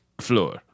floor